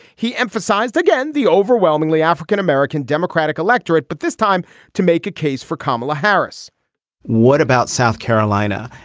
he emphasized, again, the overwhelmingly african-american democratic electorate, but this time to make a case for kamala harris what about south carolina?